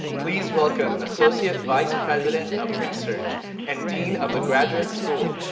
please welcome associate vice president of research and dean of the graduate school,